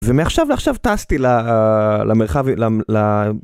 ומעכשיו לעכשיו טסתי למרחב...